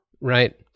Right